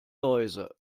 läuse